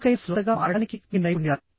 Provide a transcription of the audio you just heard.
చురుకైన శ్రోతగా మారడానికి మీ నైపుణ్యాలు